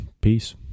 Peace